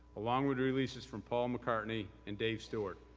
along with releases from part mccarty and dave stewart.